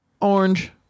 Orange